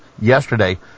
yesterday